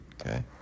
Okay